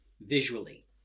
visually